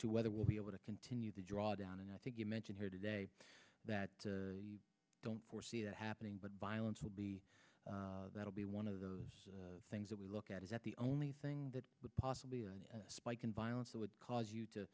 to whether we'll be able to continue the drawdown and i think you mentioned here today that i don't foresee that happening but violence will be that will be one of those things that we look at is that the only thing that possibly spike in violence that would cause you to